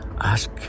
ask